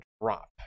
drop